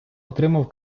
отримав